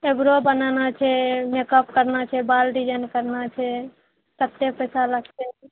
eyebrow बनाना छै makeup करना छै बाल डिजाइन करना छै कते पैसा लागतय की